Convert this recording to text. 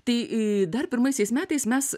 tai dar pirmaisiais metais mes